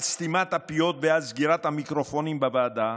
על סתימת הפיות ועל סגירת המיקרופונים בוועדה,